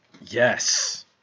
Yes